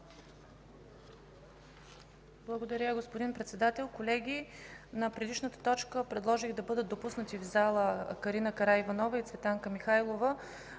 Благодаря, господин Председател. Колеги, на предишната точка предложих да бъдат допуснати в пленарната зала Карина Караиванова и Цветанка Михайлова.